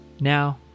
Now